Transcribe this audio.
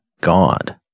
God